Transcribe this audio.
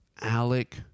Alec